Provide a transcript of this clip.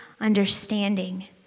understanding